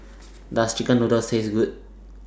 Does Chicken Noodles Taste Good